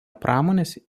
pramonės